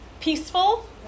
peaceful